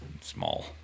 Small